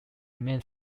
remain